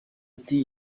ati